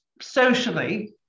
socially